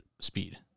speed